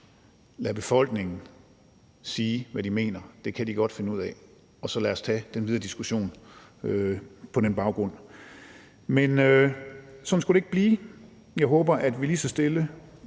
Lad befolkningen sige, hvad de mener, det kan de godt finde ud af, og lad os så tage den videre diskussion på den baggrund. Men sådan skulle det ikke blive. Jeg håber, at vi lige så stille